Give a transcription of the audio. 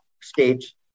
states